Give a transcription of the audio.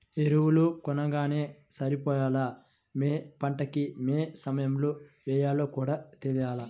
ఎరువులు కొనంగానే సరిపోలా, యే పంటకి యే సమయంలో యెయ్యాలో కూడా తెలియాల